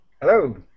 hello